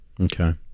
Okay